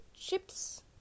chips